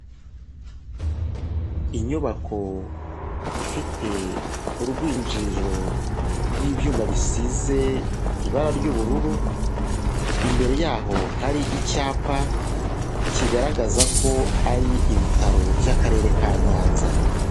Inyubako ifite urwinjiriro rw'ibyuma bisize ibara ry'ubururu, imbere yaho hari icyapa kigaragaza ko ari ibitaro by'akarere ka Nyanza.